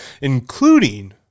including